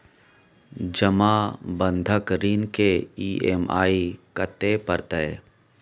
जमा बंधक ऋण के ई.एम.आई कत्ते परतै?